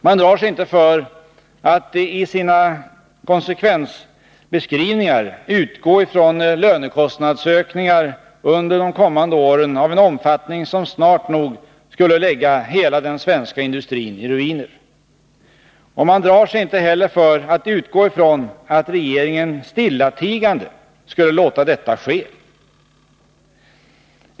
Man drar sig inte för att i sina konsekvensbeskrivningar utgå ifrån lönekostnadsökningar under de kommande åren av en omfattning som snart nog skulle lägga hela den svenska industrin i ruiner. Och man drar sig inte heller för att utgå ifrån att regeringen stillatigande skall låta detta ske.